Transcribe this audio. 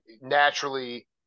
naturally